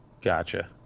Gotcha